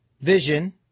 Vision